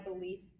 belief